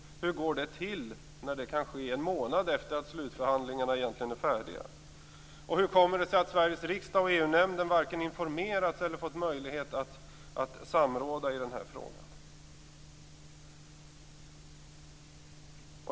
Hur går det till när det kan ske en månad efter att slutförhandlingarna egentligen är färdiga? Hur kommer det sig att Sveriges riksdag och EU-nämnden varken informerats eller fått möjlighet att samråda i den här frågan?